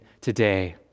today